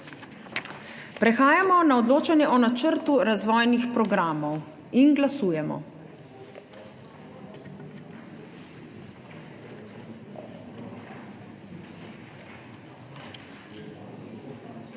Prehajamo na odločanje o načrtu razvojnih programov. Glasujemo.